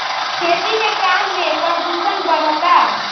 खेती के काम में प्रदूषण बढ़ता